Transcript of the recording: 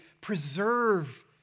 preserve